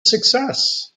success